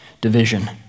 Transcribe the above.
division